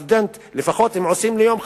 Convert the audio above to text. הסטודנט, לפחות אם עושים לו יום חגיגה,